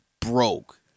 broke